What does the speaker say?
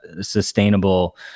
sustainable